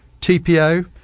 tpo